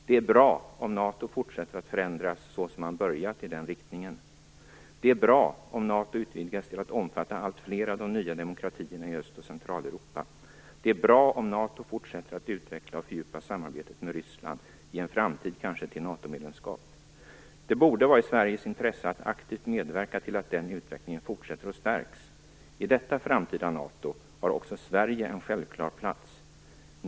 Det är bra om NATO fortsätter att förändras så som man börjat i den riktningen. Det är bra om NATO utvidgas till att omfatta allt fler av de nya demokratierna i Öst och Centraleuropa. Det är bra om NATO fortsätter att utveckla och fördjupa samarbetet med Ryssland, i en framtid kanske till NATO-medlemskap. Det borde vara i Sveriges intresse att aktivt medverka till att den utvecklingen fortsätter och stärks. I detta framtida NATO har också Sverige en självklar plats.